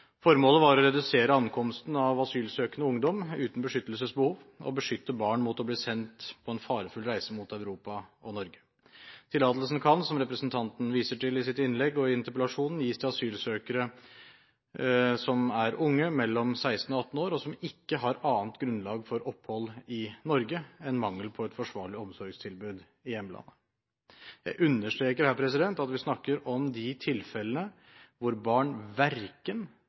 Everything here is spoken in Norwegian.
Formålet var å redusere ankomsten av asylsøkende ungdommer uten beskyttelsesbehov og å beskytte barn mot å bli sendt ut på en farefull reise mot Europa og Norge. Tillatelsen kan – som representanten viser til i sitt innlegg og i interpellasjonen – gis til asylsøkere som er unge, mellom 16 og 18 år, og som ikke har annet grunnlag for opphold i Norge enn mangel på et forsvarlig omsorgstilbud i hjemlandet. Jeg understreker her at vi snakker om de tilfellene hvor barn ikke oppfyller verken